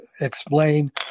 explain